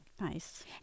Nice